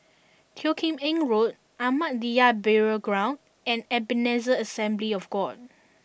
Teo Kim Eng Road Ahmadiyya Burial Ground and Ebenezer Assembly of God